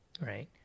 right